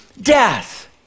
death